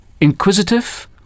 inquisitive